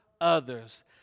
others